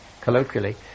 colloquially